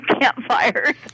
campfires